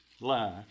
life